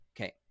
Okay